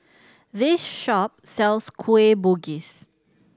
this shop sells Kueh Bugis